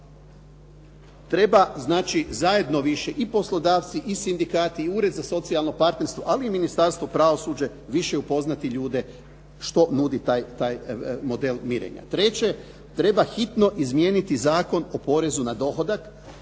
znači zajedno više i poslodavci i sindikati i Ured za socijalno partnerstvo, ali i Ministarstvo pravosuđa više upoznati ljude što nudi taj model mirenja. Treće, treba hitno izmijeniti Zakon o porezu na dohodak